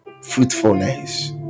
fruitfulness